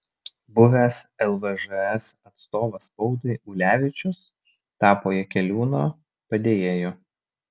buvęs lvžs atstovas spaudai ulevičius tapo jakeliūno padėjėju